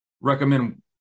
recommend